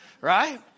right